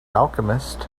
alchemist